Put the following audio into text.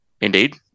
Indeed